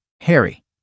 Harry